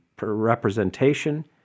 representation